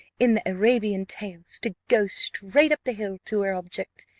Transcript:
in the arabian tales, to go straight up the hill to her object,